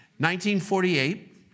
1948